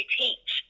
teach